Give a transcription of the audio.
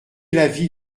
l’avis